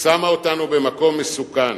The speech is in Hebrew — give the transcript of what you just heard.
שמה אותנו במקום מסוכן.